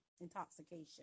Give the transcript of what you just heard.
intoxication